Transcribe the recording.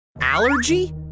Allergy